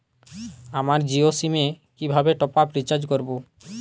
আমার জিও সিম এ কিভাবে টপ আপ রিচার্জ করবো?